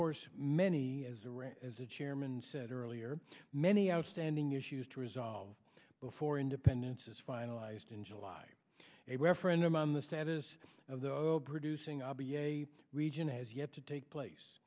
course many as a right as the chairman said earlier many outstanding issues to resolve before independence is finalized in july a referendum on the status of the oil producing abi a region has yet to take place